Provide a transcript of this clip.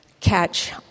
Catch